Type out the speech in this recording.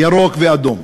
ירוק ואדום.